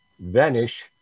vanish